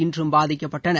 இன்றும் பாதிக்கப்பட்டன